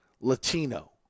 Latino